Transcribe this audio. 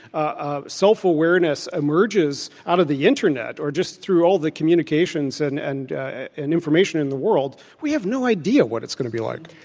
ah self awareness emerges out of the internet or just through all the communications and and and information in the world, we have no idea what it's going to be like.